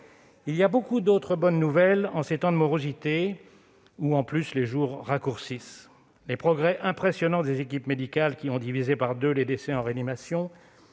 Il y a beaucoup d'autres bonnes nouvelles en ces temps de morosité où, en plus, les jours raccourcissent : les progrès impressionnants des équipes médicales, qui ont divisé par deux les décès en réanimation